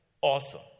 Awesome